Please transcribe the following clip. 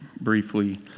briefly